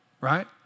Right